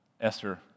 Esther